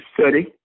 study